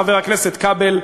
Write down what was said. חבר הכנסת כבל,